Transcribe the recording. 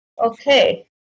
okay